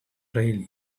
playlist